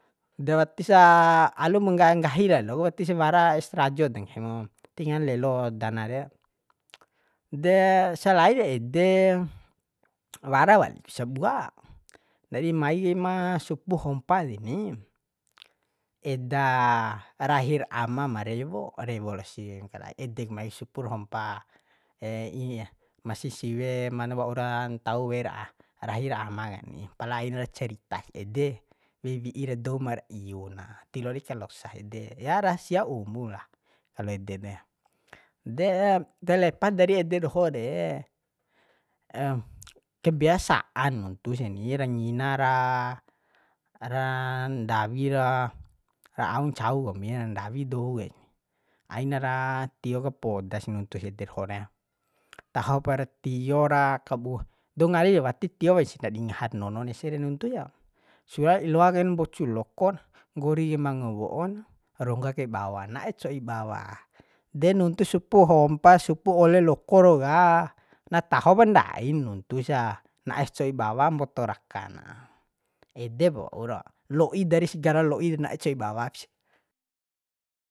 De wati sa alumu ngga nggahi lalo ku watisa wara es trajo de nggahi mu tingawan lelo dana re selain ede wara walik sabua nadi mai kai ma supu hompa deni eda rahir ama ma rewo rwo lo siwe makalai edek mai supur hompa ma sisiwe man waura ntau weira rahi ra ama kani pala ainar ceritas ede wiwi'i ra doumar iu na tiloa di kalosas ede ya rahasia umu ra kalo ede de de terlepas dari ede doho de kebiasaan nuntu sani ra ngina ra ra ndawi ro ra au ncau kombi ra ndawi dou keni ainara tio kapodas nuntus ede doho re tahpar tio ra kabuh dou ngali wati tio wau sih ndadi ngahar nonon ese re nuntusa sura loa kain mbocu lokona nggori kai mango wo'o na rongga kai bawa na'e co'i bawa de nuntus supu hompa supu ole loko rau ka na tahopa ndain nuntusa na'es co'i bawa mboto raka na edep waura lo'i daris sgala lo'i de na'e co'i bawap si